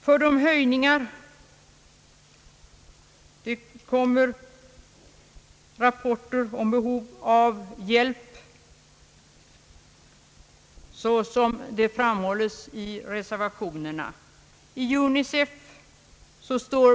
För de höjningar av anslagen till bistånd som föreslås reservationsvis finns många skäl.